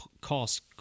cost